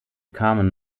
carmen